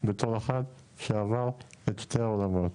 בתור אחד שעבר את שני העולמות.